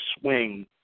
swing